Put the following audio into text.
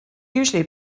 usually